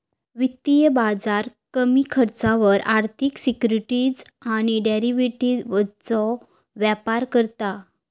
वित्तीय बाजार कमी खर्चावर आर्थिक सिक्युरिटीज आणि डेरिव्हेटिवजचो व्यापार करता